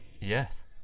Yes